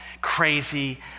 crazy